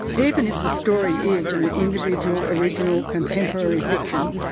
even if the story is an an individual, original, contemporary fiction,